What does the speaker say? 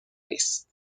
نیست